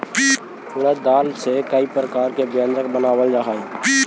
उड़द दाल से कईक प्रकार के व्यंजन बनावल जा हई